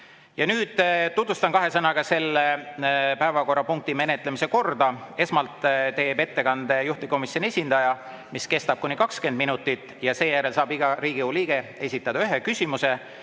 Nüüd tutvustan kahe sõnaga selle päevakorrapunkti menetlemise korda. Esmalt teeb ettekande juhtivkomisjoni esindaja, see kestab kuni 20 minutit. Seejärel saab iga Riigikogu liige esitada ühe küsimuse.